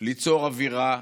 ליצור אווירה,